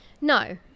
No